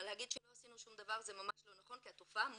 אבל להגיד שלא עשינו שום דבר זה ממש לא נכון כי התופעה מוגרה,